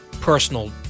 personal